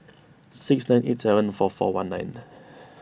six nine eight seven four four one nine